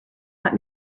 out